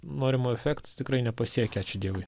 norimo efekto tikrai nepasiekia ačiū dievui